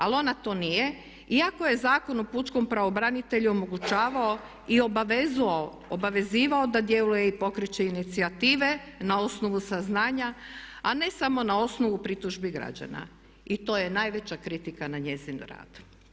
Ali ona to nije iako je Zakon o pučkom pravobranitelju omogućavao i obavezivao da djeluje i pokreće inicijative na osnovu saznanja a ne samo na osnovu pritužbi građana i to je najveća kritika na njezin rad.